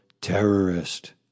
terrorist